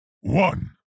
one